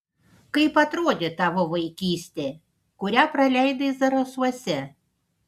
kaip atrodė tavo vaikystė kurią praleidai zarasuose